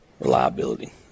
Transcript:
reliability